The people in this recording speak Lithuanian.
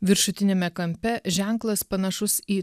viršutiniame kampe ženklas panašus į